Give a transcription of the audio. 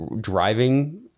driving